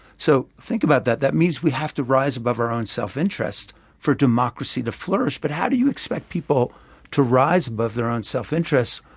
so think about that. that means we have to rise above our own self-interest for democracy to flourish. but how do you expect people to rise above their own self-interests,